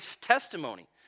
testimony